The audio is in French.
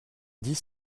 dix